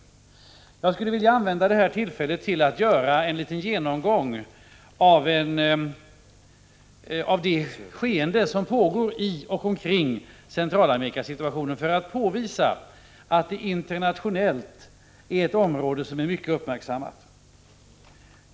81 Jag skulle vilja använda det här tillfället till att göra en liten genomgång av 27 november 1985 detskeende som pågår i och omkring Centralamerika för att påvisa att det är ett område som är internationellt mycket uppmärksammat.